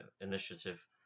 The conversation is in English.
initiative